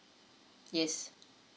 yes